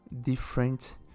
different